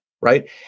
right